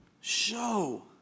Show